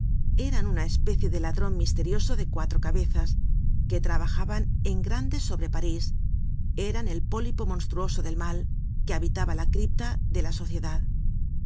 eran una especie de ladron misterioso de cuatro cabezas que trabajaban en grande sobre parís eran el pólipo monstruoso del mal que habitaba la cripta de la sociedad